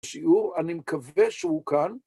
שיעור, אני מקווה שהוא כאן.